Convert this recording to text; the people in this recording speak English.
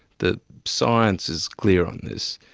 the science is clear on this.